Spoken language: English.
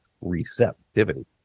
receptivity